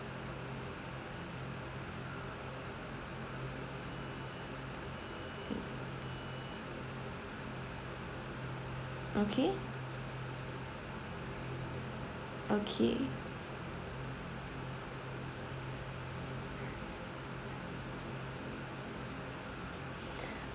okay okay